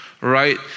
Right